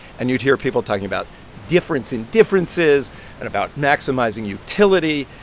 and you'd hear people talking about difference in differences and about maximizing utility.